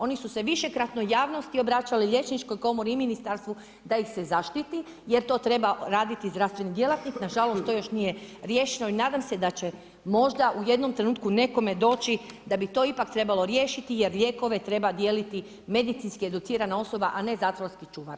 Oni su se višekratno javnosti obraćali, liječničkoj komori i ministarstvu da ih se zaštiti jer to treba raditi zdravstveni djelatnik, nažalost to još nije riješeno i nadam se da će možda u jednom trenutku nekome doći da bi to ipak trebalo riješiti jer lijekove treba dijeliti medicinske educirana osoba, a ne zatvorski čuvar.